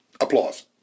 Applause